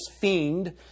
fiend